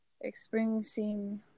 experiencing